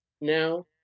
now